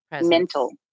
mental